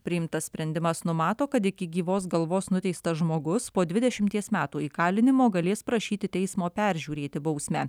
priimtas sprendimas numato kad iki gyvos galvos nuteistas žmogus po dvidešimties metų įkalinimo galės prašyti teismo peržiūrėti bausmę